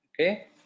okay